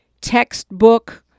textbook